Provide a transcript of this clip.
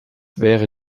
wäre